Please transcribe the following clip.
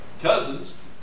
cousins